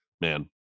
man